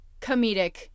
comedic